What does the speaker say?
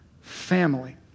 family